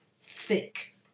thick